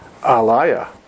alaya